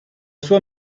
sua